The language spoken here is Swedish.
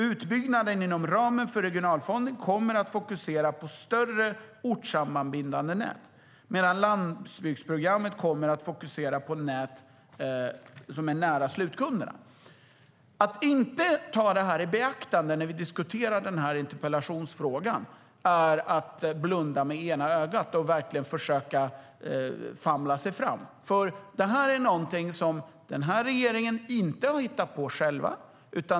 Utbyggnaden inom ramen för regionalfonden kommer att fokusera på större ortsammanbindande nät medan landsbygdsprogrammet kommer att fokusera på nät som är nära slutkunderna. Att inte ta detta i beaktande när vi diskuterar interpellationsfrågan är att blunda med ena ögat och försöka att famla sig fram. Detta är inte någonting som den här regeringen har hittat på själv.